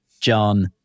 John